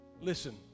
Listen